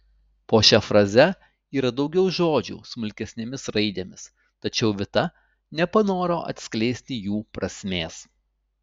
po šia fraze yra daugiau žodžių smulkesnėmis raidėmis tačiau vita nepanoro atskleisti jų prasmės